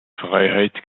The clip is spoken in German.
freiheit